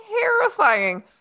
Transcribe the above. terrifying